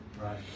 Right